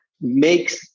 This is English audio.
makes